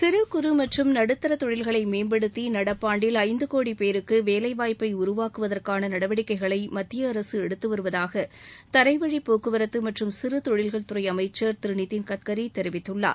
சிறு குறு மற்றம் நடுத்தர தொழில்களை மேம்படுத்தி நடப்பாண்டில் ஐந்து கோடி பேருக்கு வேலைவாய்ப்பை உருவாக்குவதற்காள நடவடிக்கைகளை மத்திய அரசு எடுத்துவருவதாக தரைவழிப் போக்குவரத்து மற்றும் சிறுதொழில்கள் துறை அமைச்சர் திரு நிதின்கட்கரி தெரிவித்துள்ளார்